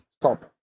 Stop